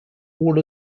all